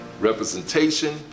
Representation